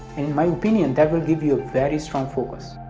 in my opinion that will give you a very strong focus.